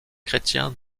chrétien